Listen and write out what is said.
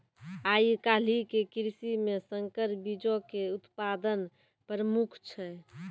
आइ काल्हि के कृषि मे संकर बीजो के उत्पादन प्रमुख छै